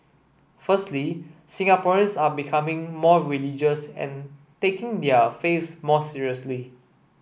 firstly Singaporeans are becoming more religious and taking their faiths more seriously